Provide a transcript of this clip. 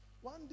One